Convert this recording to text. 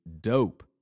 dope